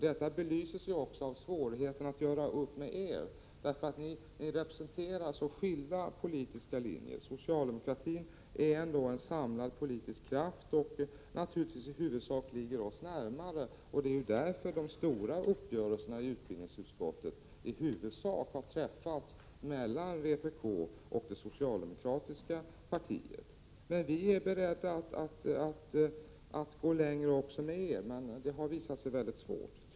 Detta belyses också av svårigheten att göra upp med er. Ni representerar mycket skilda politiska linjer. Socialdemokratin är ändå en samlad politisk kraft, som naturligtvis i huvudsak ligger oss närmare än ni gör. Det är därför de stora uppgörelserna i utbildningsutskottet i huvudsak har träffats mellan vpk och det socialdemokratiska partiet. Vi är beredda att gå längre också med er, men det har tyvärr visat sig mycket svårt.